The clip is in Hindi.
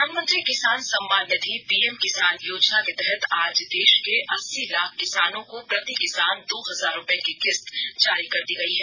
प्रधानमंत्री किसान सम्मान निधि पीएम किसान योजना के तहत आज देष के अस्सी लाख किसानों को प्रति किसान दो हजार रूपये की किस्त जारी कर दी गई है